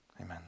Amen